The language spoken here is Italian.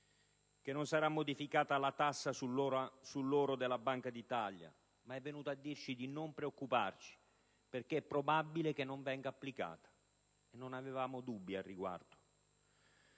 che non sarà modificata la tassa sull'oro della Banca d'Italia, ma anche di non preoccuparci, perché è probabile che non venga applicata: non avevamo dubbi al riguardo.